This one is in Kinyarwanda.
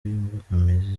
imbogamizi